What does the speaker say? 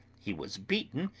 he was beaten,